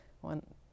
one